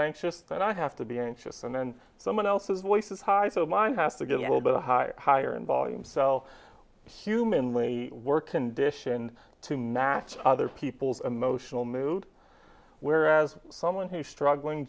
anxious that i have to be anxious and then someone else's voice is high so mine has to get a little bit higher in volume so humanly we're conditioned to match other people's emotional mood whereas someone who's struggling